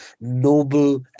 noble